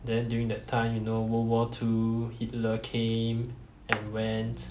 then during that time you know world war two hitler came and went